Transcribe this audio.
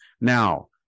Now